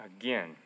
again